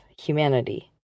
humanity